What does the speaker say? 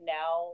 now